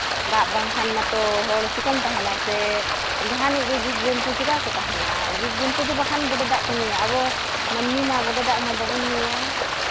ᱫᱟᱜ ᱵᱟᱝᱠᱷᱟᱱ ᱢᱟᱛᱚ ᱦᱚᱲ ᱪᱮᱠᱟᱢ ᱛᱟᱦᱮᱱᱟ ᱥᱮ ᱡᱟᱦᱟᱱᱤᱡ ᱜᱮ ᱡᱤᱵᱽ ᱡᱚᱱᱛᱩ ᱪᱮᱠᱟ ᱠᱚ ᱛᱟᱦᱮᱱᱟ ᱡᱤᱵᱡᱚᱱᱛᱩ ᱫᱚ ᱵᱟᱠᱷᱟᱱ ᱵᱚᱰᱮ ᱫᱟᱜ ᱠᱚ ᱧᱩᱭᱟ ᱟᱵᱚ ᱢᱟᱹᱱᱢᱤ ᱢᱟ ᱵᱚᱰᱮ ᱫᱟᱜ ᱢᱟ ᱵᱟᱵᱚᱱ ᱧᱩᱭᱟ